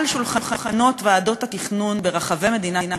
על שולחנות ועדות התכנון ברחבי מדינת